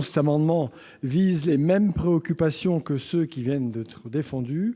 Cet amendement est motivé par les mêmes préoccupations que celui qui vient d'être présenté.